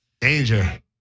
danger